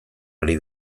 ari